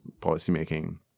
policymaking